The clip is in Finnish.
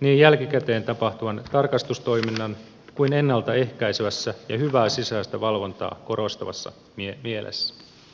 niin jälkikäteen tapahtuvan tarkastustoiminnan kuin ennalta ehkäisevässä ja hyvää sisäistä valvontaa korostavassa mielessä